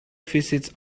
visits